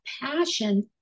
passion